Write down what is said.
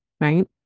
right